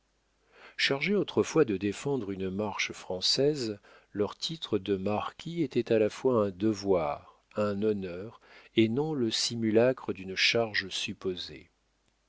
chargés autrefois de défendre une marche française leur titre de marquis était à la fois un devoir un honneur et non le simulacre d'une charge supposée